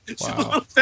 Wow